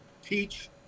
teach